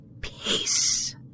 peace